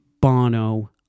Bono